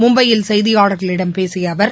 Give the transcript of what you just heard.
மும்பையில் செய்தியாளர்களிடம் பேசிய அவர்